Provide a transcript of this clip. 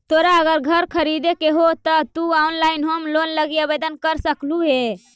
तोरा अगर घर खरीदे के हो त तु ऑनलाइन होम लोन लागी आवेदन कर सकलहुं हे